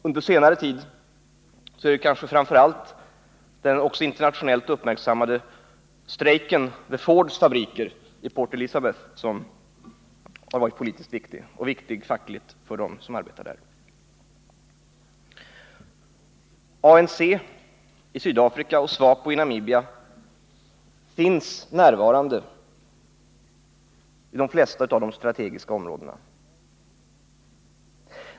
Under senare tid är det kanske framför allt den också internationellt uppmärksammade strejken vid Fords fabriker i Port Elizabeth som varit politiskt viktig och viktig fackligt för dem som arbetar där. ANC i Sydafrika och SWAPO i Namibia finns närvarande i de flesta av de strategiska områdena.